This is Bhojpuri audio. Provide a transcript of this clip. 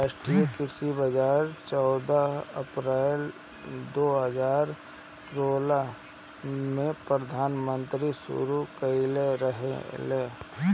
राष्ट्रीय कृषि बाजार चौदह अप्रैल दो हज़ार सोलह में प्रधानमंत्री शुरू कईले रहले